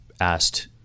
asked